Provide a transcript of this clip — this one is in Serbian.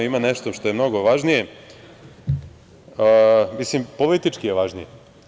Ima nešto mnogo važnije, mislim politički je važnije.